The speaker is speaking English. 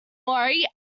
worry